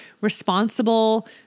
responsible